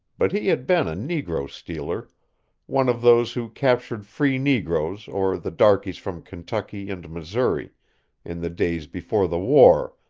but he had been a negro stealer one of those who captured free negroes or the darkies from kentucky and missouri in the days before the war,